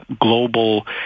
global